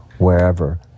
Wherever